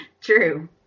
True